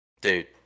dude